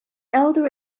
elder